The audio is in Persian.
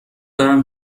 دارم